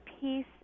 peace